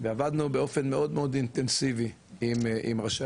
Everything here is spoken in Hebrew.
ועבדנו באופן מאוד מאוד אינטנסיבי עם ראשי